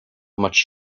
much